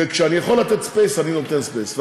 וכשאני יכול לתת ספייס אני נותן ספייס.